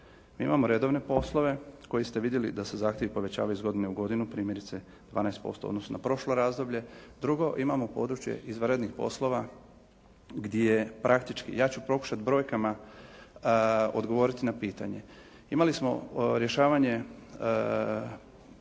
Mi imamo redovne poslove koji ste vidjeli da se zahtjevi povećavaju iz godine u godinu, primjerice 12% u odnosu na prošlo razdoblje. Drugo, imamo područje izvanrednih poslova gdje praktički ja ću pokušati brojkama odgovoriti na pitanje. Imali smo rješavanje